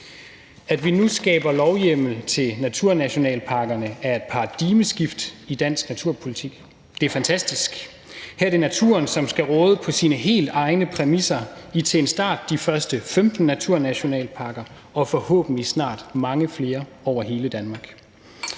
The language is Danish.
At vi nu skaber lovhjemmel til naturnationalparkerne, er et paradigmeskift i dansk naturpolitik. Det er fantastisk. Her er det naturen, som skal råde på sine helt egne præmisser i til en start de første 15 naturnationalparker og forhåbentlig snart mange flere over hele Danmark.